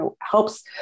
helps